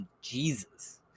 Jesus